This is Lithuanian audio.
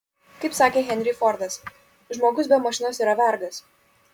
kaip sakė henry fordas žmogus be mašinos yra vergas